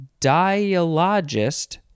dialogist